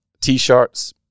t-shirts